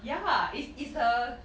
ya is is a